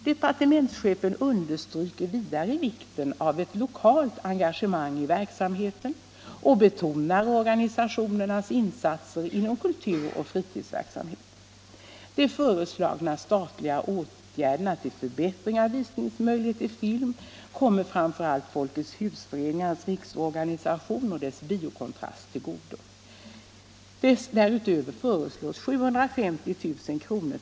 Departementschefen understryker vidare vikten av ett lokalt engagemang i verksamheten och betonar organisationernas insatser inom kulturoch fritidsverksamhet. De föreslagna statliga åtgärderna till förbättringar av filmvisningsmöjligheterna kommer framför allt Folkets Husföreningarnas Riksorganisation och dess Bio Kontrast till godo. Dessutom föreslås 750 000 kr.